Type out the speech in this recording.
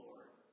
Lord